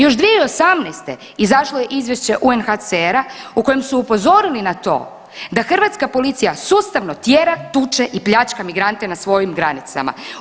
Još 2018. izašlo je izvješće UNHCR-a u kojem su upozorili na to da hrvatska policija sustavno tjera, tuče i pljačka migrante na svojim granicama.